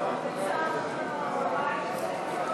התשע"ז 2017,